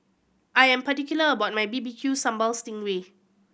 I am particular about my B B Q Sambal sting ray